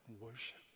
worship